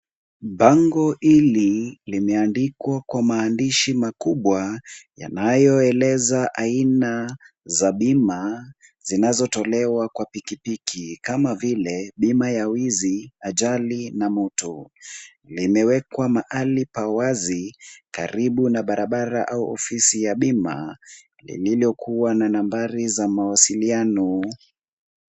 Bango hili limeandikwa kwa maandishi makubwa yanayoeleza aina za bima zinazotolewa kwa pikipiki kama vile bima ya wizi, ajali na moto. Limewekwa mahali pa wazi karibu na barabara au ofisi ya bima lililokuwa na nambari za mawasiliano.